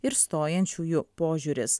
ir stojančiųjų požiūris